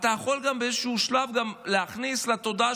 אתה יכול באיזשהו שלב גם להכניס לתודעה